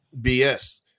bs